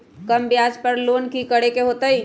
कम ब्याज पर लोन की करे के होतई?